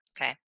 Okay